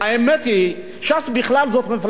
ש"ס בכלל היא מפלגה אנטיתזה,